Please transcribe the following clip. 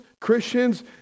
Christians